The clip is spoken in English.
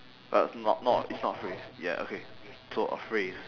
but it's not not it's not a phrase ya okay so a phrase